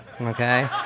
okay